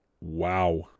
wow